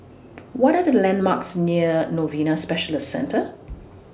What Are The landmarks near Novena Specialist Centre